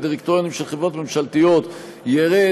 בדירקטוריונים של חברות ממשלתיות ירד,